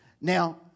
Now